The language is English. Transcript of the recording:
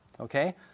Okay